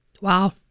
Wow